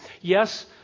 Yes